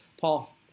Paul